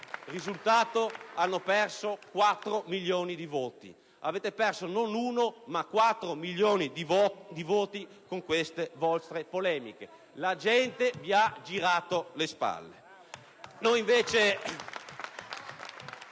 Risultato: hanno perso quattro milioni di voti. Avete perso non uno, ma quattro milioni di voti con queste vostre polemiche. La gente vi ha girato le spalle!